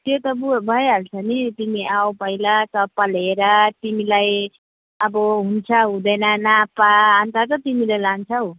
त्यो त भयो भइहाल्छ नि तिमी आऊ पहिला चप्पल हेर तिमीलाई अब हुन्छ हुँदैन नाप अन्त त तिमीले लान्छौ